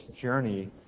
journey